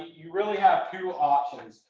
you really have two options.